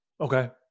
Okay